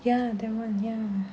ya that [one] ya